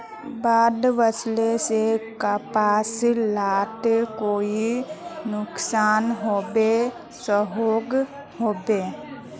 बाढ़ वस्ले से कपास लात कोई नुकसान होबे सकोहो होबे?